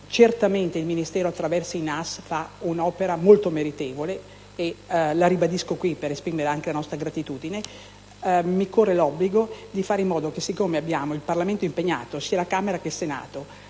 certamente il Ministero, attraverso i NAS, fa un'opera molto meritevole (e lo ribadisco in questa sede, per esprimere anche la nostra gratitudine), mi corre l'obbligo di fare in modo, siccome il Parlamento è impegnato, sia alla Camera che al Senato,